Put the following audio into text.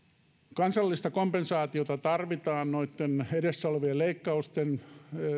kansallista kompensaatiota tarvitaan noitten edessä olevien leikkausten